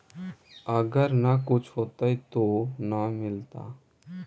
अगर न कुछ होता तो न मिलता?